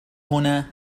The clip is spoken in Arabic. هنا